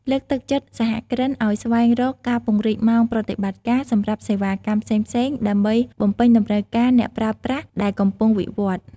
លើកទឹកចិត្តសហគ្រិនឱ្យស្វែងរក ការពង្រីកម៉ោងប្រតិបត្តិការ សម្រាប់សេវាកម្មផ្សេងៗដើម្បីបំពេញតម្រូវការអ្នកប្រើប្រាស់ដែលកំពុងវិវត្ត។